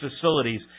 facilities